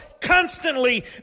constantly